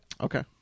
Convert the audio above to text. Okay